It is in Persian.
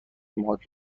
موهات